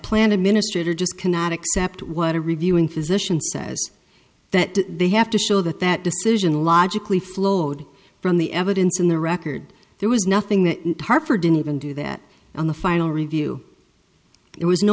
plan administrator just cannot accept what a reviewing physician says that they have to show that that decision logically flowed from the evidence in the record there was nothing that harper didn't even do that on the final review it was no